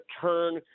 turn